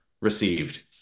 received